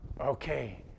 okay